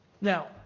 Now